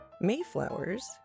Mayflower's